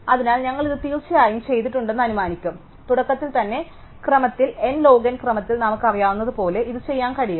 അതിനാൽ ഞങ്ങൾ ഇത് തീർച്ചയായും ചെയ്തിട്ടുണ്ടെന്ന് ഞങ്ങൾ അനുമാനിക്കും തുടക്കത്തിൽ തന്നെ ക്രമത്തിൽ n log n ക്രമത്തിൽ നമുക്കറിയാവുന്നതുപോലെ ഇത് ചെയ്യാൻ കഴിയും